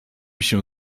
się